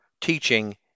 teaching